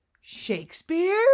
Shakespeare